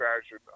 fashion